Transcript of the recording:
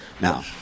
Now